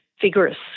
vigorous